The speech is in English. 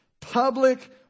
Public